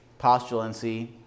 postulancy